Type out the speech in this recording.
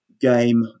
game